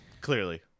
Clearly